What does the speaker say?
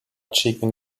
chicken